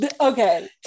Okay